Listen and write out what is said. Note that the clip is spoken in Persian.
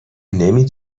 نمی